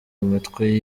imitwe